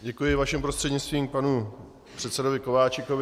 Děkuji vaším prostřednictvím panu předsedovi Kováčikovi.